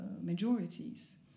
majorities